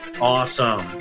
Awesome